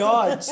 God